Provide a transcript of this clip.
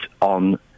on